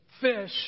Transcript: fish